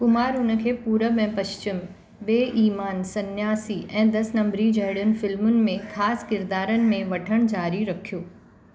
कुमार हुनखे पूरब ऐं पश्चिम बेईमान सन्यासी ऐं दस नंबरी जहिड़ियुनि फ़िल्मुनि में ख़ासि किरदारनि में वठणु जारी रखियो